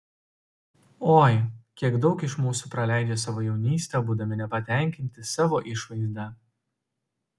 oi kiek daug iš mūsų praleidžia savo jaunystę būdami nepatenkinti savo išvaizda